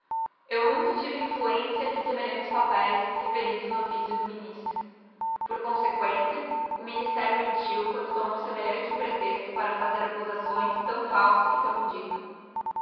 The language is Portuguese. eu nunca tive influencia em semelhantes papeis referidos no oflbcio do ministro por consequência o ministério mentiu quando tomou semelhante pretexto para fazer accusação tão falsa e tão indigna